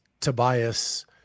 Tobias